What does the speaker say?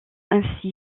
ainsi